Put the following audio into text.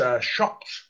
shocked